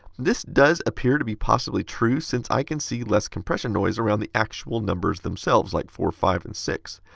this does appear to be possibly true since i can see less compression noise around the actual numbers themselves, like four, five and six.